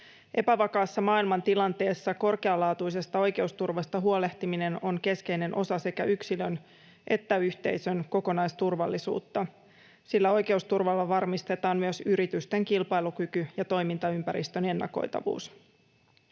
Epävakaassa maailmantilanteessa korkealaatuisesta oikeusturvasta huolehtiminen on keskeinen osa sekä yksilön että yhteisön kokonaisturvallisuutta, sillä oikeusturvalla varmistetaan myös yritysten kilpailukyky ja toimintaympäristön ennakoitavuus.